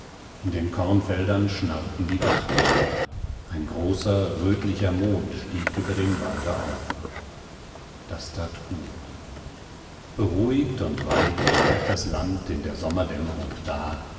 in den kornfeldern schnarrten die wachteln ein großer rötlicher mond stieg über dem walde auf das tat gut beruhigt und weit lag das land in der sommerdämmerung da